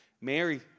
Mary